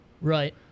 Right